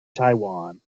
taiwan